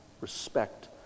respect